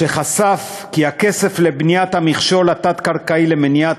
שחשף כי הכסף לבניית המכשול התת-קרקעי למניעת